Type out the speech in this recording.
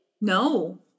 No